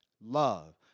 love